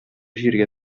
җиргә